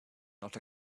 not